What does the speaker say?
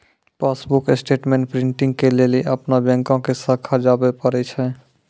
passbook statement printing के लेली अपनो बैंको के शाखा जाबे परै छै